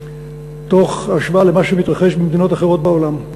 תוך השוואה למה שמתרחש במדינות אחרות בעולם.